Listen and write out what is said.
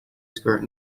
skirt